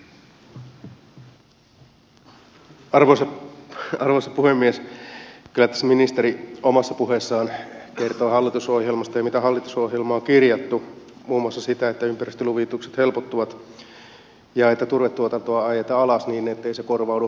kyllä ministeri omassa puheessaan kertoi hallitusohjelmasta ja mitä hallitusohjelmaan on kirjattu muun muassa siitä että ympäristöluvitukset helpottuvat ja että turvetuotantoa ajetaan alas niin ettei se korvaudu kivihiilellä